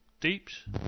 deeps